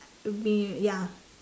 to me ya